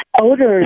odors